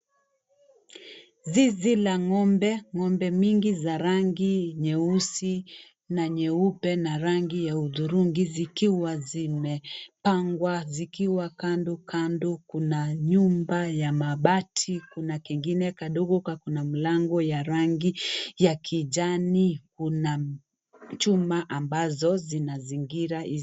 Zizi la ng'ombe, ng'ombe mingi za rangi nyeusi na nyeupe na rangi ya udhuringi zikiwa zimepangwa zikiwa kando kando Kuna nyumba ya mabati Kuna kengine kadogo ka Kuna mlango ya kijani Kuna juma ambazo zinazingira zi